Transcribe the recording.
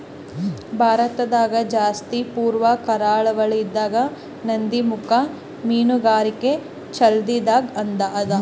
ಭಾರತದಾಗ್ ಜಾಸ್ತಿ ಪೂರ್ವ ಕರಾವಳಿದಾಗ್ ನದಿಮುಖ ಮೀನುಗಾರಿಕೆ ಚಾಲ್ತಿದಾಗ್ ಅದಾ